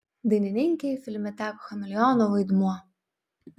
dainininkei filme teko chameleono vaidmuo